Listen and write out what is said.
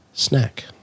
Snack